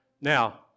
Now